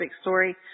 story